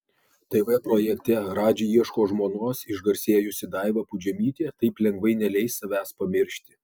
tv projekte radži ieško žmonos išgarsėjusi daiva pudžemytė taip lengvai neleis savęs pamiršti